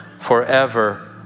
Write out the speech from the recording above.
forever